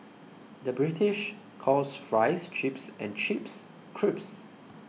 the British calls Fries Chips and Chips Crisps